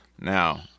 Now